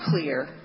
clear